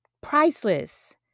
priceless